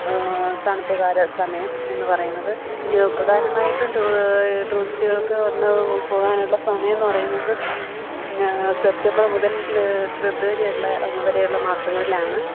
തണുപ്പ് കാല സമയം എന്നു പറയുന്നത് ഇതിൽ പ്രധാനമായിട്ടും ടൂറിസ്റ്റുകൾക്ക് വന്നു പോകാനുള്ള സമയം എന്നു പറയുന്നത് സെപ്റ്റംബർ മുതൽ ഫെബ്രുവരി വരെയുള്ള വരെയുള്ള മാസങ്ങളിലാണ്